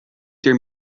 ter